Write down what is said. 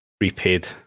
repaid